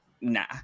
nah